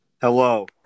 Hello